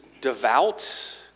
devout